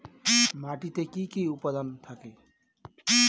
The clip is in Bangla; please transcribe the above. মাটিতে কি কি উপাদান থাকে?